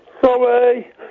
Sorry